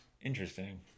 interesting